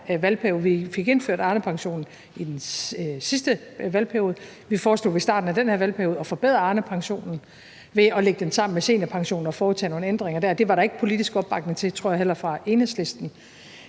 vi fik indført Arnepension i sidste valgperiode – at forbedre Arnepensionen ved at lægge den sammen med seniorpensionen og foretage nogle ændringer der. Det var der ikke politisk opbakning til, heller ikke fra Enhedslisten,